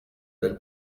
del